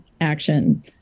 action